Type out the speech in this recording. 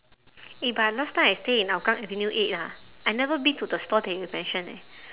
eh but I last time I stay in hougang avenue eight ah I never been to the stall that you mention eh